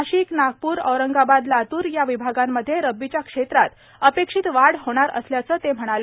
नाशिक नागपूर औरंगाबाद लातूर या विभागांमध्ये रब्बीच्या क्षेत्रात अपेक्षित वाढ होणार असल्याचं म्ख्यमंत्री म्हणाले